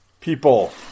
people